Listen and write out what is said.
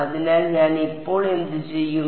അതിനാൽ ഞാൻ ഇപ്പോൾ എന്തുചെയ്യും